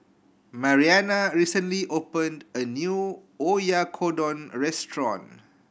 Marianna recently opened a new Oyakodon Restaurant